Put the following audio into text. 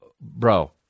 Bro